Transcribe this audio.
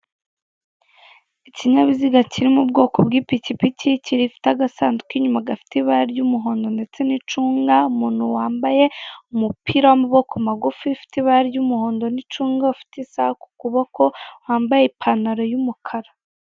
Ikinyabiziga kiri mu bwoko bw'ipikipiki gifite agasanduku inyuma kari mu ibara ry'umuhomdo ndetse n'icunga, umuntu wambaye umupira w'amaboko magufi ufite ibara ry'umuhondo n'icunga, ufite isaha ku kuboko wambaye ipantaro y'umukara.